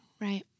Right